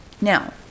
Now